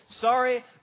Sorry